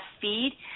feed